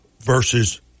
versus